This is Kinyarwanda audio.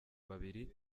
babiri